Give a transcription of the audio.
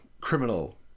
criminal